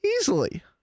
Easily